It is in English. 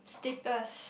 stickers